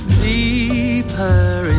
deeper